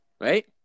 Right